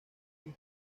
hijo